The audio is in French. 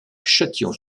châtillon